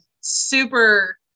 super